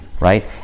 right